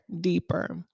deeper